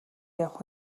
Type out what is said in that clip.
явах